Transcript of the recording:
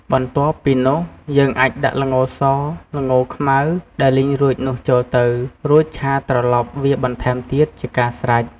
បន្ទាប់ពីនោះ យើងអាចដាក់ល្ងស ល្ងខ្មៅដែលលីងរួចនោះចូលទៅ រួចឆាត្រឡប់វាបន្ថែមទៀតជាការស្រេច។